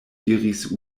diris